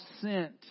sent